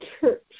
church